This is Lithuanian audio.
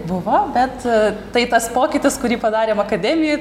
buvo bet tai tas pokytis kurį padarėm akademijoj